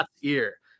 ear